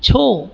छो